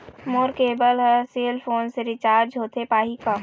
मोर cable हर cell phone से recharge होथे पाही का?